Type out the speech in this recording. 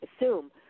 assume